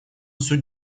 суть